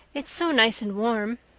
it's so nice and warm.